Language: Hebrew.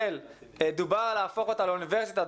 כשדובר להפוך את מכללת אריאל לאוניברסיטה,